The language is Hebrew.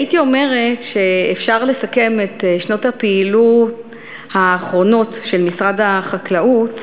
הייתי אומרת שאפשר לסכם את שנות הפעילות האחרונות של משרד החקלאות,